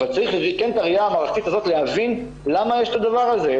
אבל צריך בראייה המערכתית הזאת להבין למה יש את הדבר הזה,